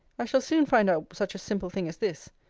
i shall soon find out such a simple thing as this,